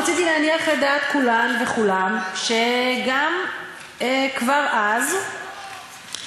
רציתי להניח את דעת כולן וכולם שגם כבר אז היה